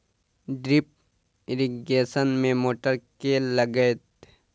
Drip irrigation मे motor केँ लागतै?